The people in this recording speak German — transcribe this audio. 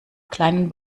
kleinen